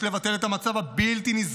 יש לבטל את המצב הבלתי-נסבל